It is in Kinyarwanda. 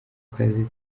kazi